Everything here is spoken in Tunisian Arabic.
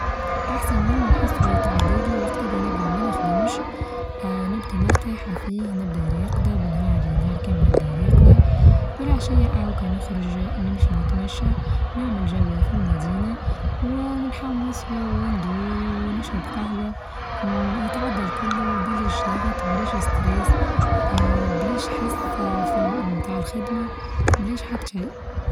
أحسن يوم نحسه يتعدى لي وقت اللى نبدأ ما نخدمش، آآ نبدأ مرتاحة فيه نبدأ اليقظة بنهاري النهار كامل نبدأ اليقظة، والعشية او كنخرج نمشي نتمشى نعمل چولة في المدينة، ونحوص وندور ونشرب قهوة، يتعدى الكل وبيلاش ظغط بيلاش ستريس بيلاش حس في متاع الخدمة بلاش حد شي.